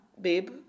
babe